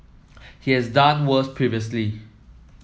he has done worse previously